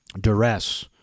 duress